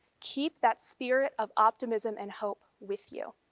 keep that spirit of optimism and hope with you.